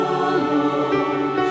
alone